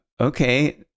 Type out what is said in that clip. okay